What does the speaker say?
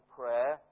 prayer